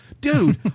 Dude